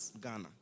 Ghana